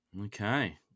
Okay